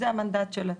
זה המנדט של הצוות.